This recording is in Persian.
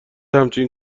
همچین